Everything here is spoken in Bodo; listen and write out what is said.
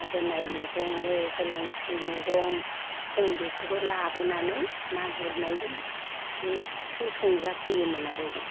आजोनाइ मैगंनो एलांसि मैगं जों बेफोरखौ लाबोनानै ना गुरनायजों गोथाव संजाफैयोमोन आरो जों